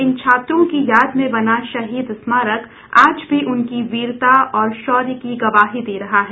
इन छात्रों की याद में बना शहीद स्मारक आज भी उनकी वीरता और शौर्य की गवाही दे रहा है